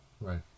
Right